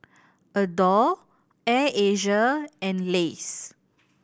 Adore Air Asia and Lays